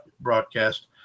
broadcast